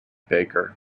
baker